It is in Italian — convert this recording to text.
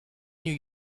new